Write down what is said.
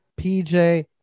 PJ